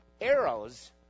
arrows